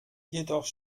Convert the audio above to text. jedoch